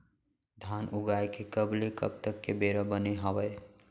धान उगाए के कब ले कब तक के बेरा बने हावय?